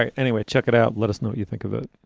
ah anyway, check it out. let us know what you think of it.